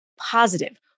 positive